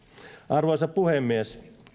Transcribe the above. arvoisa puhemies